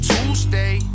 Tuesday